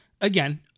Again